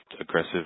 aggressive